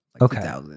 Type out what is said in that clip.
Okay